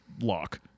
lock